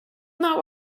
not